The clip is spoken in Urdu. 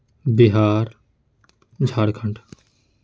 بہار جھارکھنڈ